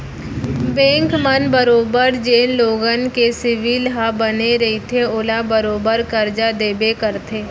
bank मन बरोबर जेन लोगन के सिविल ह बने रइथे ओला बरोबर करजा देबे करथे